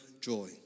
joy